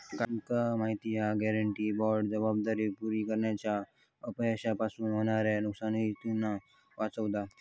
काय तुमका माहिती हा? गॅरेंटी बाँड जबाबदारी पुरी करण्याच्या अपयशापासून होणाऱ्या नुकसानीतना वाचवता